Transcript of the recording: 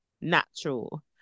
natural